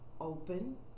open